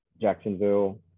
Jacksonville